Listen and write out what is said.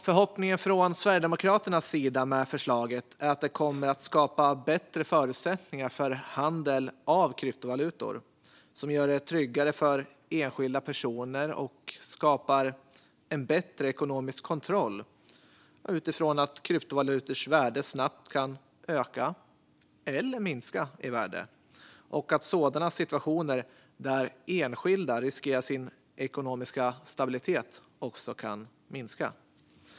Förhoppningen från Sverigedemokraternas sida med förslaget är att det kommer att skapa bättre förutsättningar för handel med kryptovalutor, som gör det tryggare för enskilda personer och skapar en bättre ekonomisk kontroll utifrån att kryptovalutors värde snabbt kan öka eller minska i värde och att sådana situationer där enskilda riskerar sin ekonomiska stabilitet också kan minska.